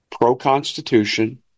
pro-Constitution